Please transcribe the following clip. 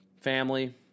family